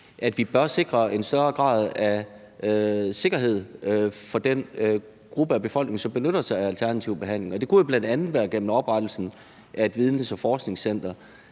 at vi bør sikre en større grad af sikkerhed for den del af befolkningen, som benytter sig af alternative behandlinger. Det kunne jo bl.a. være gennem oprettelsen af et videns- og forskningscenter,